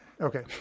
okay